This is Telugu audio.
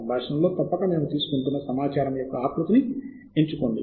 సంభాషణలో తప్పక మేము తీసుకోవాలనుకుంటున్న సమాచారము యొక్క ఆకృతిని ఎంచుకోండి